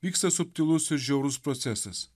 vyksta subtilus ir žiaurus procesas